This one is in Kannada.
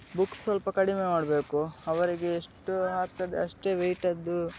ಬುಕ್ಸ್ ಸ್ವಲ್ಪ ಕಡಿಮೆ ಮಾಡಬೇಕು ಅವರಿಗೆ ಎಷ್ಟು ಆಗ್ತದೆ ಅಷ್ಟೇ ವೇಯ್ಟದ್ದು